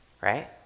right